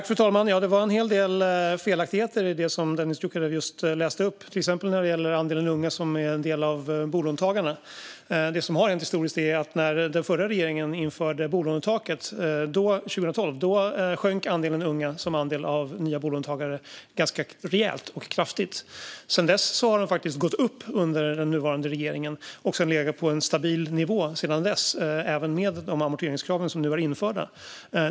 Fru talman! Det var en hel del felaktigheter i det Dennis Dioukarev just läste upp, till exempel när det gäller andelen unga bland bolånetagarna. Det som har hänt historiskt är följande: När den förra regeringen införde bolånetaket 2012 sjönk andelen unga bland nya bolånetagare ganska rejält. Under den nuvarande regeringen har den faktiskt gått upp och legat på en stabil nivå sedan dess, även med de amorteringskrav som nu är införda.